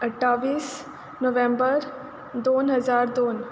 अट्टावीस November दोन हजार दोन